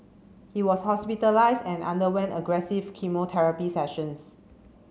he was hospitalised and underwent aggressive chemotherapy sessions